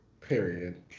Period